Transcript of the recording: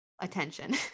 attention